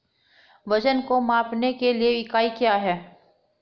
वजन को मापने के लिए इकाई क्या है?